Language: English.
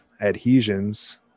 adhesions